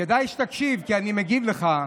כדאי שתקשיב, כי אני מגיב לך.